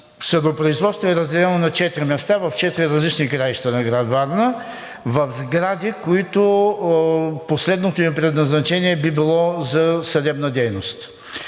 съдопроизводството е разделено на четири места в четири различни краища на град Варна в сгради, които последното им предназначение би било за съдебна дейност.